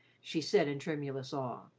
she said in tremulous awe.